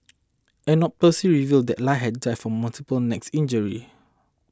an autopsy revealed that Lie had died from multiple neck injuries